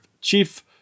Chief